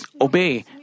obey